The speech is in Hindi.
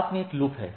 पथ में एक लूप है